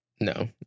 No